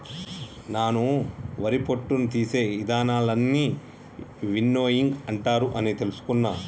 నాను వరి పొట్టును తీసే ఇదానాలన్నీ విన్నోయింగ్ అంటారు అని తెలుసుకున్న